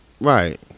Right